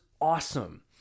awesome